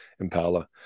Impala